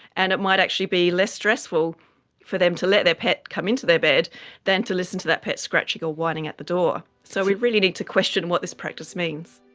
and it might actually be less stressful for them to let their pet come into their bed than to listen to that pet scratching or whining at the door. so we really need to question what this practice means.